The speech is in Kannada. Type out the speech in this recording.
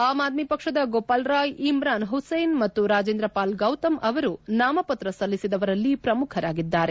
ಆಮ್ ಆದ್ಮಿ ಪಕ್ಷದ ಗೋಪಾಲ್ ರಾಯ್ ಇಮ್ರಾನ್ ಪುಸೇನ್ ಮತ್ತು ರಾಜೇಂದ್ರ ಪಾಲ್ ಗೌತಮ್ ಅವರು ನಾಮಪತ್ರ ಸಲ್ಲಿಸಿದವರಲ್ಲಿ ಪ್ರಮುಖರಾಗಿದ್ದಾರೆ